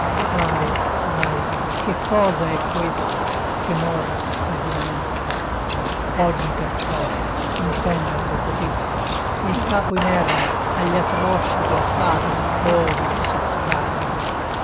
ahi ahi che cosa è questa che morte s'addimanda oggi per prova intenderlo potessi e il capo inerme agli atroci del fato odii sottrarre